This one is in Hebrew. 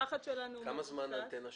כמה זמן האנטנה שם?